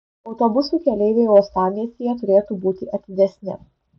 autobusų keleiviai uostamiestyje turėtų būti atidesni